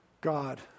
God